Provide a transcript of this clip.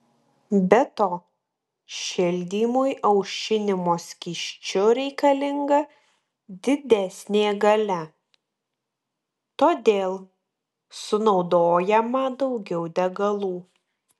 be to šildymui aušinimo skysčiu reikalinga didesnė galia todėl sunaudojama daugiau degalų